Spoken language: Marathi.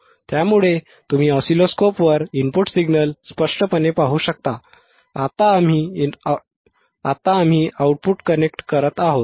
त्यामुळे तुम्ही ऑसिलोस्कोपवर इनपुट सिग्नल स्पष्टपणे पाहू शकता आता आम्ही आउटपुट कनेक्ट करत आहोत